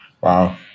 Wow